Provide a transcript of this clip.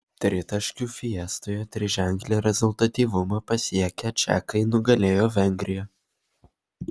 tritaškių fiestoje triženklį rezultatyvumą pasiekę čekai nugalėjo vengriją